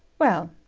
well,